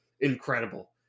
incredible